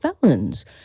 felons